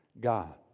God